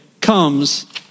comes